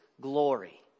glory